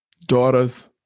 Daughters